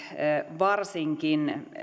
varsinkin